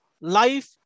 life